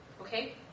Okay